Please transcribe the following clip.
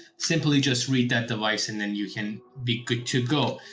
simply just read that device and then you can be good to go.